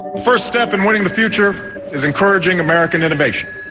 first step in winning the future is encouraging american innovation.